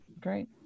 Great